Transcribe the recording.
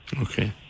okay